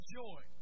joy